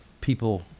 people